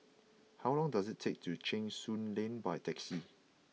how long does it take to Cheng Soon Lane by taxi